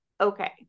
okay